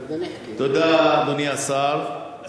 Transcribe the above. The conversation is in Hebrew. תודה, אדוני השר.